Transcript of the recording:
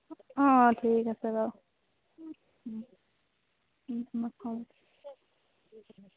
অঁ ঠিক আছে বাৰু অঁ হ'ব